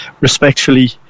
respectfully